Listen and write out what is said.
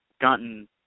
gotten